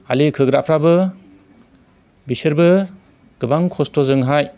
आलि खोग्राफ्राबो बिसोरबो गोबां खस्थ'जोंहाय